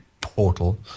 portal